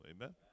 Amen